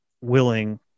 willing